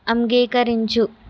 అంగీకరించు